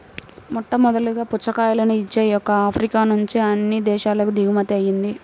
మొట్టమొదటగా పుచ్చకాయలను ఇచ్చే మొక్క ఆఫ్రికా నుంచి అన్ని దేశాలకు దిగుమతి అయ్యింది